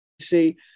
see